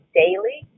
daily